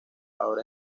ahora